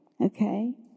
Okay